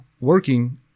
working